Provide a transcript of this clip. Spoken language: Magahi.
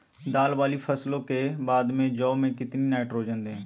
दाल वाली फसलों के बाद में जौ में कितनी नाइट्रोजन दें?